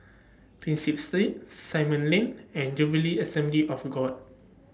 Prinsep Street Simon Lane and Jubilee Assembly of God